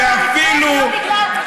גם לא בגלל אריתריאה.